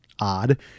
odd